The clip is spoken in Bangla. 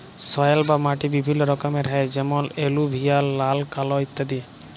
সয়েল বা মাটি বিভিল্য রকমের হ্যয় যেমন এলুভিয়াল, লাল, কাল ইত্যাদি